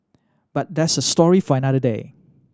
but that's a story for another day